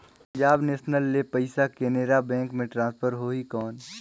Punjab national ले पइसा Canara bank मे ट्रांसफर होहि कौन?